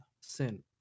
sin